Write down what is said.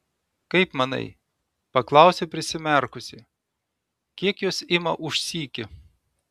kaip manai paklausė prisimerkusi kiek jos ima už sykį